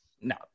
No